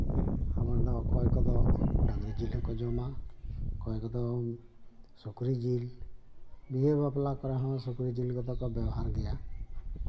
ᱟᱵᱚ ᱫᱚ ᱚᱠᱚᱭ ᱠᱚᱫᱚ ᱰᱟᱹᱝᱨᱤ ᱡᱤᱞ ᱦᱚᱸᱠᱚ ᱡᱚᱢᱟ ᱚᱠᱚᱭ ᱠᱚᱫᱚ ᱥᱩᱠᱨᱤ ᱡᱤᱞ ᱵᱤᱦᱟᱹ ᱵᱟᱯᱞᱟ ᱠᱚᱨᱮᱦᱚᱸ ᱥᱩᱠᱨᱤ ᱡᱤᱞ ᱠᱚᱫᱚ ᱠᱚ ᱵᱮᱣᱦᱟᱨ ᱜᱮᱭᱟ